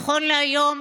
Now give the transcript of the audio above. נכון להיום,